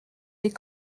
des